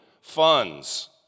funds